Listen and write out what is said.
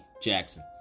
Jackson